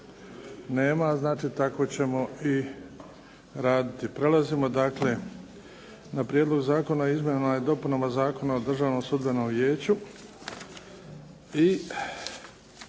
Nema, znači tako ćemo i raditi. Prelazimo dakle na - Prijedlog zakona o izmjenama i dopunama Zakona o Državnom sudbenom vijeću,